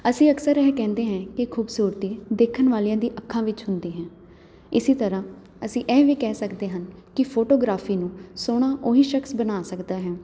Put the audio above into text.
ਅਸੀਂ ਅਕਸਰ ਇਹ ਕਹਿੰਦੇ ਹੈ ਕਿ ਖੂਬਸੂਰਤੀ ਦੇਖਣ ਵਾਲਿਆਂ ਦੀ ਅੱਖਾਂ ਵਿੱਚ ਹੁੰਦੀ ਹੈ ਇਸੀ ਤਰ੍ਹਾਂ ਅਸੀਂ ਇਹ ਵੀ ਕਹਿ ਸਕਦੇ ਹਨ ਕਿ ਫੋਟੋਗ੍ਰਾਫੀ ਨੂੰ ਸੋਹਣਾ ਓਹੀ ਸ਼ਕਸ਼ ਬਣਾ ਸਕਦਾ ਹੈ